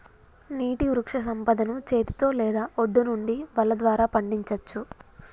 నీటి వృక్షసంపదను చేతితో లేదా ఒడ్డు నుండి వల ద్వారా పండించచ్చు